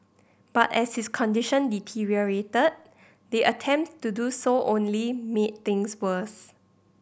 but as his condition deteriorated the attempts to do so only made things worse